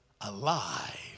alive